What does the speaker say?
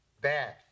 bad